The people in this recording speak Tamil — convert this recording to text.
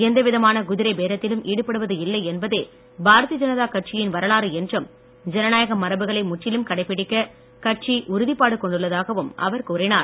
எந்தவிதமான குதிரை பேரத்திலும் ஈடுபடுவது இல்லை என்பதே பாரதிய ஜனதா கட்சியின் வரலாறு என்றும் ஜனநாயக மரபுகளை முற்றிலும் கடைபிடிக்க கட்சி உறுதிப்பாடு கொண்டுள்ளதாகவும் அவர் கூறினார்